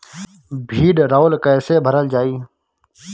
भीडरौल कैसे भरल जाइ?